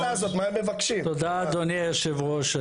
תודה אדוני היושב ראש,